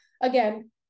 again